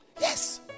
Yes